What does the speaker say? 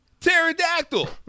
Pterodactyl